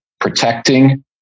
protecting